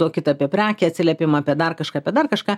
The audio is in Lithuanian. duokit apie prekę atsiliepimą apie dar kažką apie dar kažką